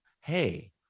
hey